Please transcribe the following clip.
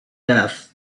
death